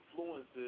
influences